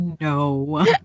No